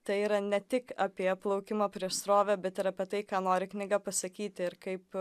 tai yra ne tik apie plaukimą prieš srovę bet ir apie tai ką nori knyga pasakyti ir kaip